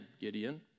Gideon